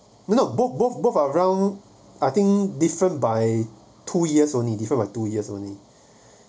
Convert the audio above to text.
no no both both both are round I think different by two years only different by two years only